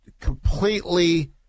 completely